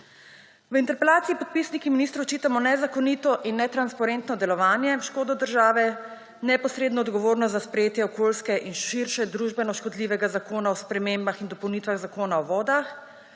V interpelaciji podpisniki ministru očitamo nezakonito in netransparentno delovanje v škodo države, neposredno odgovornost za sprejetje okoljsko in širše družbeno škodljivega Zakona o spremembah in dopolnitvah Zakona o vodah,